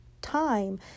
time